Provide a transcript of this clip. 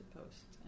post